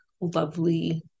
lovely